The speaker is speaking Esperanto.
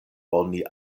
oni